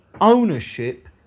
ownership